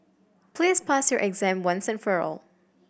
please pass your exam once and for all